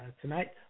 tonight